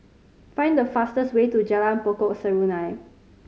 find the fastest way to Jalan Pokok Serunai